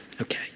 Okay